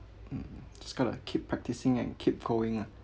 mm just got to keep practising and keep going ah